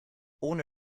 ohne